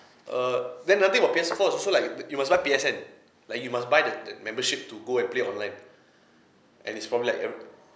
uh then another thing about P_S four is also like you must buy P_S_N like you must buy the the membership to go and play online and is probably like uh